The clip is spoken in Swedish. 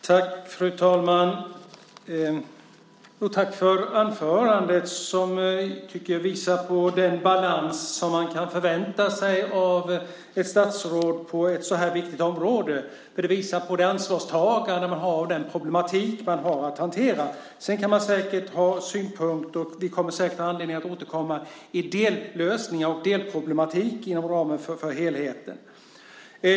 Fru talman! Tack, statsrådet, för anförandet! Jag tycker att det visar på den balans som man kan förvänta sig av ett statsråd på ett så här viktigt område. Det visar på ett ansvarstagande för den problematik man har att hantera. Sedan kan man säkert ha synpunkter - vi kommer säkert att ha anledning att återkomma - på dellösningar och delproblematik inom ramen för helheten.